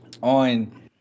on